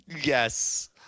Yes